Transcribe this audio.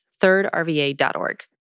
thirdrva.org